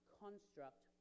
construct